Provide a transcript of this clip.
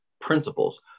principles